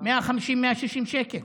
ל-160-150 שקל.